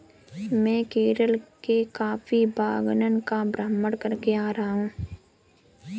मैं केरल के कॉफी बागान का भ्रमण करके आ रहा हूं